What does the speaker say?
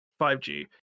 5G